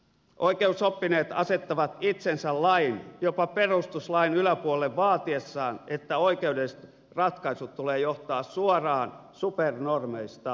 oikeusoppineet asettavat itsensä lain jopa perustuslain yläpuolelle vaatiessaan että oikeudelliset ratkaisut tulee johtaa suoraan supernormeista